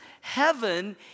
heaven